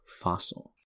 fossil